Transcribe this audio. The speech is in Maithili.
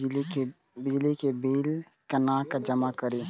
बिजली के बिल केना जमा करिए?